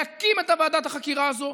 להקים את ועדת החקירה הזו.